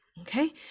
okay